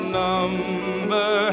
number